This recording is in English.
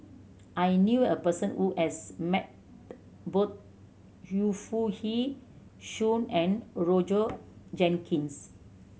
I knew a person who has met both Yu Foo Yee Shoon and Roger Jenkins